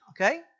okay